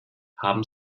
haben